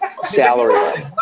salary